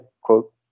quote